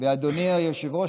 אדוני היושב-ראש,